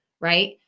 Right